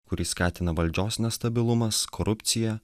kurį skatina valdžios nestabilumas korupcija